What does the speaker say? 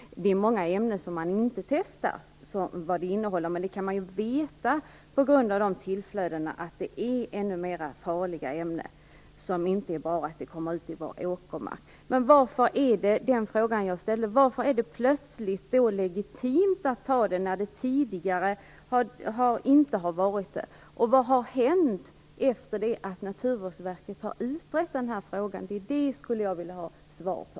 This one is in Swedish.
Det är många ämnen som inte har testats. Men man kan veta på grund av tillflöden att de innehåller många farliga saker, och det vore inte bara om de kom ut i våra åkermarker. Varför är detta plötsligt legitimt när det tidigare inte varit det? Vad har hänt efter det att Naturvårdsverket har utrett frågan? Det skulle jag vilja ha svar på.